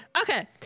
okay